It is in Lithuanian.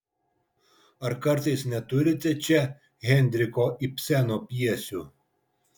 ar kartais neturite čia henriko ibseno pjesių